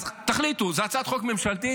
אז תחליטו: זו הצעת חוק ממשלתית?